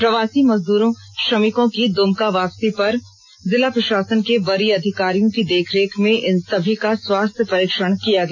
प्रवासी श्रमिकों की द्मका वापसी पर जिला प्रशासन के वरीय अधिकारियों की देखरेख में इन सभी का स्वास्थ्य परीक्षण किया गया